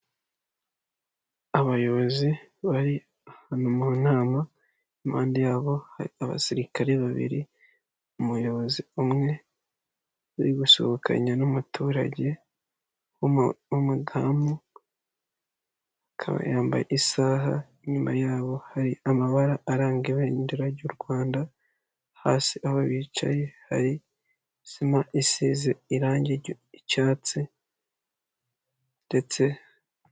Abayibozi bari mu nama, impande yabo hari abasirikare babiri. Umuyibozi umwe uri gusuhukanya n'umuturage w'umudamu akaba yambaye isaha, inyuma yabo hari amabara aranga ibendera ry'u Rwanda, hasi aho bicaye hari sima isize orange ry'icyatsi ndetse ...